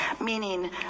meaning